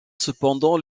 cependant